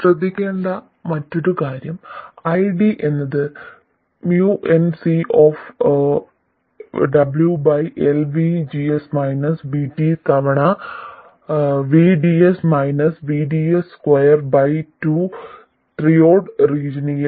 ശ്രദ്ധിക്കേണ്ട മറ്റൊരു കാര്യം ID എന്നത് mu n C ox W by LVGS minus VT തവണ VDS minus VDS square by രണ്ട് ത്രിയോഡ് റീജിയണിൽ